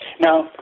Now